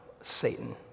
Satan